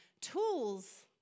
tools